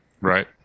Right